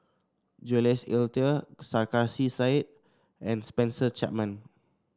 Jules Itier Sarkasi Said and Spencer Chapman